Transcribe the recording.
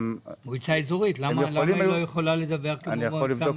למה מועצה אזורית לא יכולה לדווח כמו מועצה מקומית?